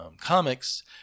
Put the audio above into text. comics